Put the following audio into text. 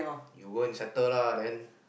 you go and settle lah then